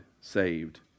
saved